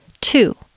Two